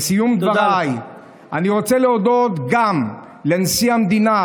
בסיום דבריי אני רוצה להודות גם לנשיא המדינה